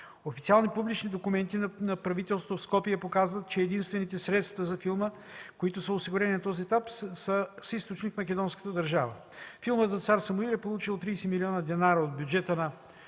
Официални публични документи на правителството в Скопие показват, че единствените средства за филма, които са осигурени на този етап, са с източник македонската държава. Филмът за цар Самуил е получил 30 милиона денара от бюджета на